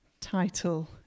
title